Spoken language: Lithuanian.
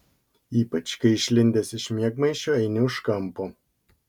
ypač kai išlindęs iš miegmaišio eini už kampo